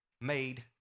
made